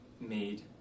made